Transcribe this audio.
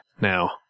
Now